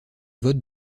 votes